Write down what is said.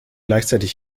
gleichzeitig